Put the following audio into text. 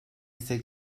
ise